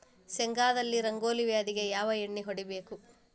ಶೇಂಗಾದಲ್ಲಿ ರಂಗೋಲಿ ವ್ಯಾಧಿಗೆ ಯಾವ ಎಣ್ಣಿ ಹೊಡಿಬೇಕು?